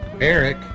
Eric